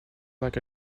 like